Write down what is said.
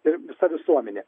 ir visa visuomenė